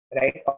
right